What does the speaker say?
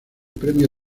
premio